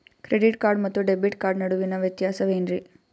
Credit card ಮತ್ತು debit card ನಡುವಿನ ವ್ಯತ್ಯಾಸ ವೇನ್ರೀ?